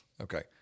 okay